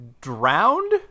drowned